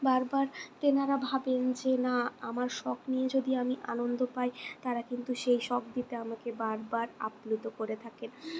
বারবার তেনারা ভাবেন যে না আমার শখ নিয়ে যদি আমি আনন্দ পাই তারা কিন্তু সেই শখ দিতে আমাকে বারবার আপ্লুত করে থাকেন